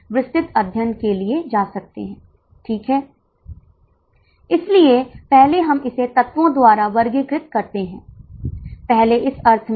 सम विच्छेद बिंदु इसलिए हम प्रति एफसी भागे इकाई योगदान के लिए जाते हैं